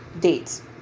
dates